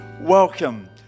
welcome